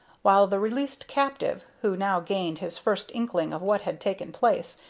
while the released captive, who now gained his first inkling of what had taken place,